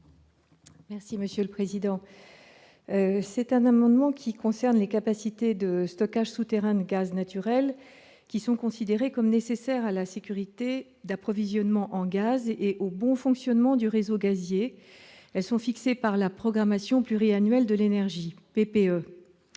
pour présenter l'amendement n° 2 rectifié. Les capacités de stockage souterrain de gaz naturel considérées comme nécessaires à la sécurité d'approvisionnement en gaz et au bon fonctionnement du réseau gazier sont fixées par la programmation pluriannuelle de l'énergie, la PPE.